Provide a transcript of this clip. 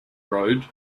road